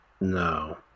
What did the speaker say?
No